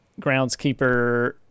groundskeeper